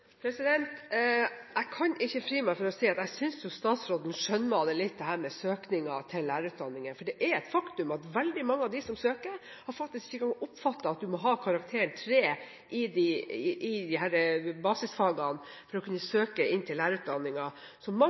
Jeg kan ikke fri meg fra å si at jeg synes statsråden skjønnmaler dette med søkningen til lærerutdanningen, for det er et faktum at veldig mange av dem som søker, faktisk ikke engang har oppfattet at man må ha karakteren 3 i basisfagene for å kunne komme inn